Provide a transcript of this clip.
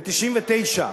ב-1999,